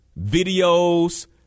videos